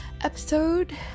episode